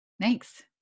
Thanks